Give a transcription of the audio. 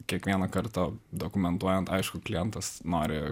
kiekvieną kartą dokumentuojant aišku klientas nori